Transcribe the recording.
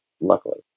luckily